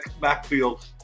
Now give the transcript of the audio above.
backfield